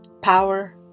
Power